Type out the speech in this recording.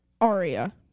Aria